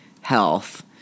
health